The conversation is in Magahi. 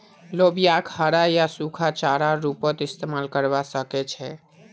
लोबियाक हरा या सूखा चारार रूपत इस्तमाल करवा सके छे